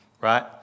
Right